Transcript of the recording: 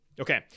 Okay